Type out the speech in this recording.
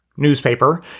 Newspaper